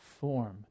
form